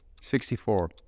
64